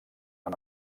amb